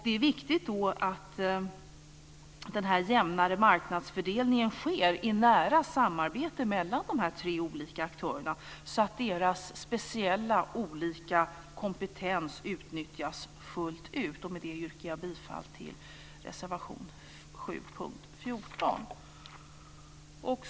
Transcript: Det är viktigt att det sker en jämnare marknadsfördelning i nära samarbete mellan de tre olika aktörerna, så att deras speciella olika kompetens utnyttjas fullt ut. Med det yrkar jag bifall till reservation 7 under punkt 14.